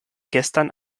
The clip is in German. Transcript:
gestern